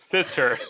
Sister